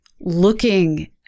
looking